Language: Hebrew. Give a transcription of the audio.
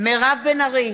מירב בן ארי,